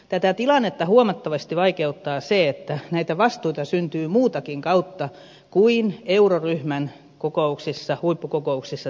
tätä tilannetta huomattavasti vaikeuttaa se että näitä vastuita syntyy muutakin kautta kuin euroryhmän huippukokouksissa tehtävillä päätöksillä